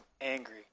angry